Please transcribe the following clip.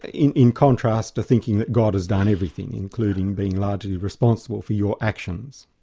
in in contrast to thinking that god has done everything, including being largely responsible for your actions.